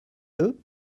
eux